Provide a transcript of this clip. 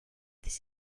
this